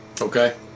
Okay